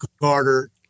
Carter